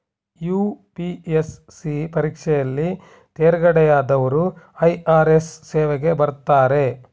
UPSC ಪರೀಕ್ಷೆಯಲ್ಲಿ ತೇರ್ಗಡೆಯಾದವರು IRS ಸೇವೆಗೆ ಬರ್ತಾರೆ